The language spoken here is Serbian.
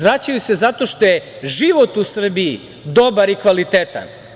Vraćaju se zato što je život u Srbiji dobar i kvalitetan.